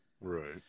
Right